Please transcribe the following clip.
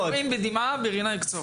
על זה נאמר: הזורעים בדמעה ברינה יקצורו.